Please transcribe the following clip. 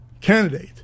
candidate